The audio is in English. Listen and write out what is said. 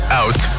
out